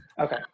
okay